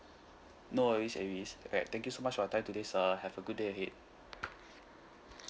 no worries A B C bank thank you so much for your time today sir have a good day ahead